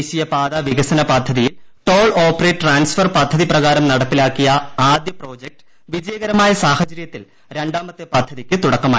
ദേശീയ പാതാ വികസന പദ്ധതിയിൽ ടോൾ ഔപ്പറേറ്റ് ട്രാൻസ്ഫർ പദ്ധതി പ്രകാരം നടപ്പിലാക്കിയ ആദ്യ പ്രൊജക്ട് വിജയകരമായ സാഹചര്യത്തിൽ രണ്ടാമത്തെ പദ്ധതിക്ക് തുടക്കമായി